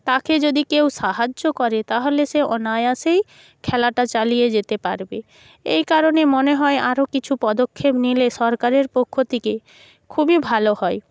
তাকে যদি কেউ সাহায্য করে তাহলে সে অনায়াসেই খেলাটা চালিয়ে যেতে পারবে এই কারণে মনে হয় আরো কিছু পদক্ষেপ নিলে সরকারের পক্ষ থেকে খুবই ভালো হয়